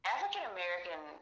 African-American